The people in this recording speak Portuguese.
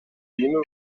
hino